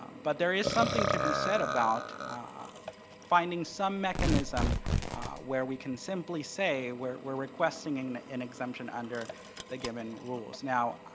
but there is something to be said about finding some mechanism where we can simply say we're requesting an exemption under the given rules. now,